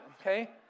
okay